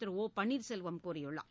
திரு O Panneerselvam கூறியுள்ளார்